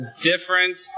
different